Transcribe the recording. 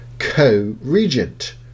co-regent